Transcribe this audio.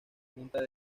junta